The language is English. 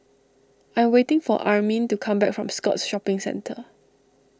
I am waiting for Armin to come back from Scotts Shopping Centre